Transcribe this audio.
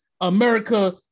America